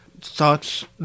thoughts